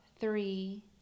three